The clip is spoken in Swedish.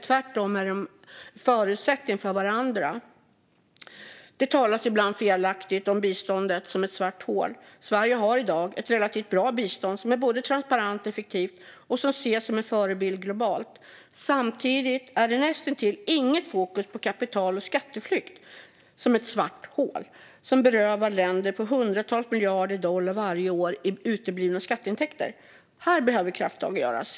Tvärtom är de en förutsättning för varandra. Det talas ibland felaktigt om biståndet som ett svart hål. Sverige har i dag ett relativt bra bistånd som är både transparent och effektivt och som ses som en förebild globalt. Samtidigt är det näst intill inget fokus på kapital och skatteflykt som ett svart hål som berövar länder på hundratals miljarder dollar varje år i uteblivna skatteintäkter. Här behöver krafttag göras.